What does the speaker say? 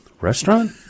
Restaurant